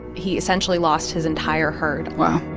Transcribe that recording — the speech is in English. he essentially lost his entire herd wow